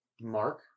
Mark